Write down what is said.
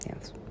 Yes